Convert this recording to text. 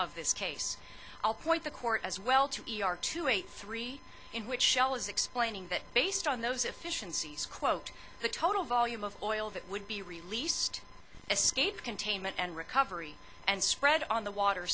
of this case i'll point the court as well to e r two eight three in which shell is explaining that based on those efficiencies quote the total volume of oil that would be released as skate containment and recovery and spread on the water